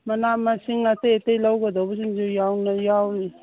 ꯃꯅꯥ ꯃꯁꯤꯡ ꯑꯇꯩ ꯑꯇꯩ ꯂꯧꯒꯗꯧꯕꯁꯤꯡꯁꯨ ꯌꯥꯎꯔꯤ